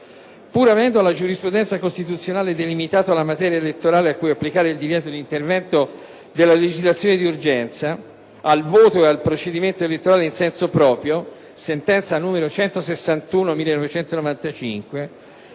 Pur avendo la giurisprudenza costituzionale delimitato la materia elettorale cui applicare il divieto di intervento della legislazione di urgenza al "voto" e al "procedimento" elettorale in senso proprio (sentenza n. 161/1995),